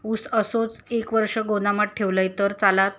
ऊस असोच एक वर्ष गोदामात ठेवलंय तर चालात?